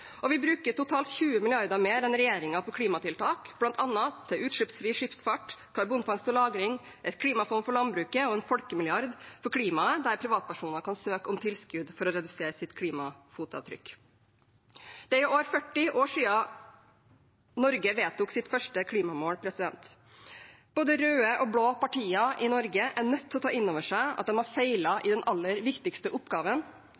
oljesektoren. Vi bruker totalt 20 mrd. kr mer enn regjeringen på klimatiltak, bl.a. til utslippsfri skipsfart, karbonfangst og -lagring, et klimafond for landbruket og en folkemilliard for klimaet der privatpersoner kan søke om tilskudd for å redusere sitt klimafotavtrykk. Det er i år 40 år siden Norge vedtok sitt første klimamål. Både røde og blå partier i Norge er nødt til å ta inn over seg at de har feilet i den aller viktigste oppgaven: